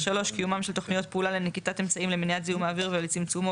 קיומן של תכניות פעולה לנקיטת אמצעים למניעת זיהום האוויר ולצמצומו